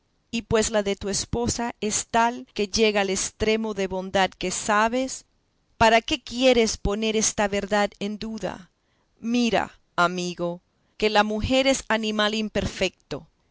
y pues la de tu esposa es tal que llega al estremo de bondad que sabes para qué quieres poner esta verdad en duda mira amigo que la mujer es animal imperfecto